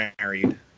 married